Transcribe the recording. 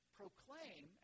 proclaim